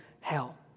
hell